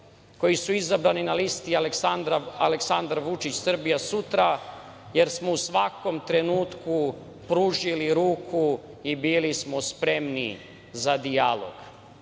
koji su izabrani na listi Aleksandar Vučić – Srbija sutra jer smo u svakom trenutku pružili ruku i bili smo spremni za dijalog.Zašto